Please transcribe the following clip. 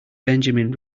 benjamin